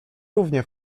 równie